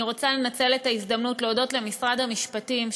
אני רוצה לנצל את ההזדמנות להודות למשרד המשפטים,